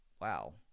Wow